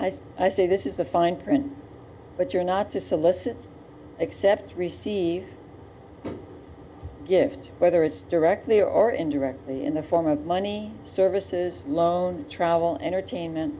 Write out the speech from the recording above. s i say this is the fine print but you're not to solicit except receive gifts whether it's directly or indirectly in the form of money services loan travel entertainment